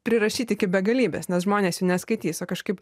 prirašyt iki begalybės nes žmonės jų neskaitys o kažkaip